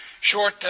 short